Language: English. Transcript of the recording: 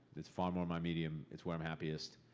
it's far more my medium. it's where i'm happiest.